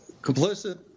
complicit